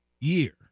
year